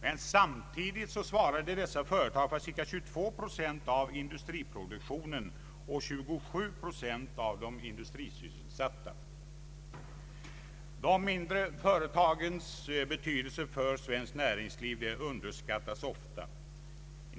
Men samtidigt svarade dessa företag för cirka 22 procent av industri De mindre företagens betydelse för svenskt näringsliv underskattas ofta.